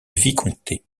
vicomté